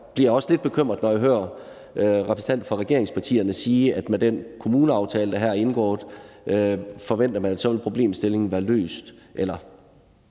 bliver jeg også lidt bekymret, når jeg hører repræsentanter for regeringspartierne sige, at med den kommuneaftale, der her er indgået, forventer man, at så vil problemstillingen være løst,